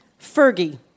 Fergie